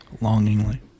Longingly